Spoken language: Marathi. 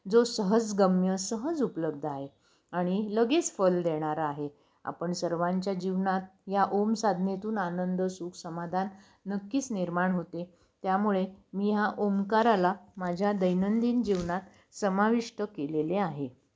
जो सहजगम्य सहज उपलब्ध आहे आणि लगेच फल देणारा आहे आपण सर्वांच्या जीवनात या ओम साधनेतून आनंद सुख समाधान नक्कीच निर्माण होते त्यामुळे मी ह्या ओमकाराला माझ्या दैनंदिन जीवनात समाविष्ट केलेले आहे